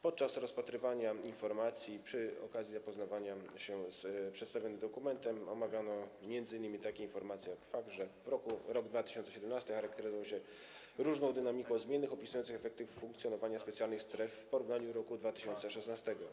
Podczas rozpatrywania informacji, przy okazji zapoznawania się z przedstawionym dokumentem omawiano m.in. takie informacje jak fakt, że rok 2017 charakteryzował się różną dynamiką zmiennych opisujących efekty funkcjonowania specjalnych stref w porównaniu do roku 2016.